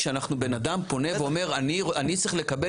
כשבן אדם פונה ואומר אני צריך לקבל